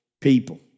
people